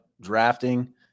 drafting